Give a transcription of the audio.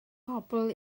pobl